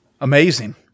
Amazing